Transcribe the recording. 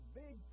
big